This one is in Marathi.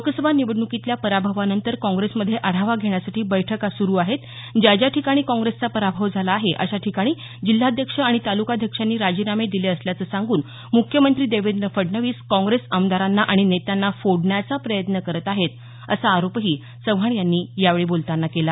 लोकसभा निवडण्कीतल्या पराभवानंतर काँग्रेसमध्ये आढावा घेण्यासाठी बैठका सुरू आहेत ज्या ज्या ठिकाणी काँग्रेसचा पराभव झाला आहे अशा ठिकाणी जिल्हाध्यक्ष आणि तालुकाध्यक्षांनी राजीनामे दिले असल्याचं सांगून मुख्यमंत्री देवेंद्र फडणवीस काँग्रेस आमदारांना आणि नेत्यांना फोडण्याचा प्रयत्न करत आहेत असा आरोपही चव्हाण यांनी यावेळी बोलतांना केला